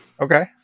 Okay